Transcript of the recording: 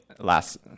last